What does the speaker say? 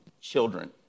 children